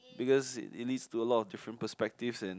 because it is got a lot of different perspective and